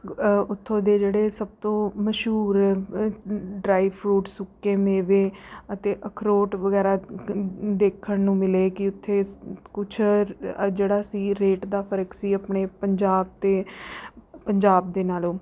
ਉੱਥੋਂ ਦੇ ਜਿਹੜੇ ਸਭ ਤੋਂ ਮਸ਼ਹੂਰ ਡ੍ਰਾਈ ਫਰੂਟਸ ਸੁੱਕੇ ਮੇਵੇ ਅਤੇ ਅਖਰੋਟ ਵਗੈਰਾ ਦੇਖਣ ਨੂੰ ਮਿਲੇ ਕਿ ਉੱਥੇ ਕੁਛ ਜਿਹੜਾ ਸੀ ਰੇਟ ਦਾ ਫ਼ਰਕ ਸੀ ਆਪਣੇ ਪੰਜਾਬ ਦੇ ਪੰਜਾਬ ਦੇ ਨਾਲੋਂ